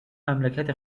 مملکت